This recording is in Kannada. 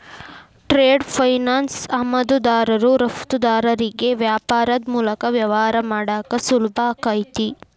ಟ್ರೇಡ್ ಫೈನಾನ್ಸ್ ಆಮದುದಾರರು ರಫ್ತುದಾರರಿಗಿ ವ್ಯಾಪಾರದ್ ಮೂಲಕ ವ್ಯವಹಾರ ಮಾಡಾಕ ಸುಲಭಾಕೈತಿ